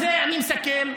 בזה אני מסכם.